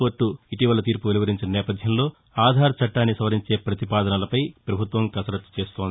court ఇటీవల తీర్పు వెలువరించిన నేపధ్యంలో ఆధార్ చట్టాన్ని సవరించే పతిపాదనలపై ప్రపభుత్వం కసరత్తు చేస్తోంది